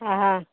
अँ हँ